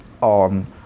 on